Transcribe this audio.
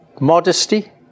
modesty